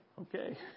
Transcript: okay